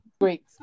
great